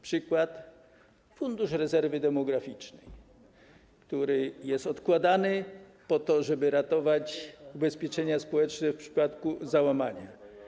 Przykładem Fundusz Rezerwy Demograficznej, który jest odkładany, żeby ratować ubezpieczenia społeczne w przypadku załamania.